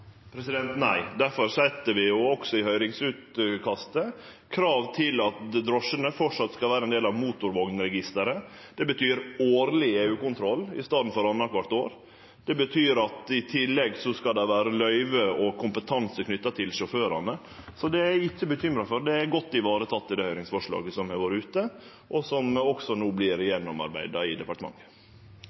Nei – difor set vi også i høyringsutkastet krav til at drosjene framleis skal vere ein del av motorvognregisteret. Det betyr årleg EU-kontroll i staden for annakvart år. Det betyr at i tillegg skal det vere løyve og kompetanse knytte til sjåførane. Så det er eg ikkje bekymra for, det er godt vareteke i det høyringsforslaget som har vore ute, og som no også vert gjennomarbeidd i departementet.